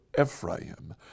Ephraim